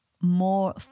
more